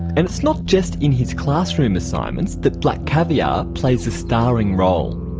and it's not just in his classroom assignments that black caviar plays a starring role.